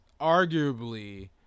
arguably